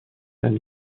même